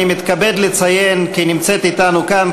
אני מתכבד לציין כי נמצאת אתנו כאן,